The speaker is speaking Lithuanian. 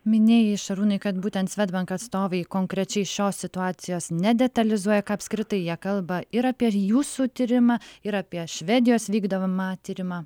minėjai šarūnai kad būtent svedbank atstovai konkrečiai šios situacijos nedetalizuoja ką apskritai jie kalba ir apie jūsų tyrimą ir apie švedijos vykdomą tyrimą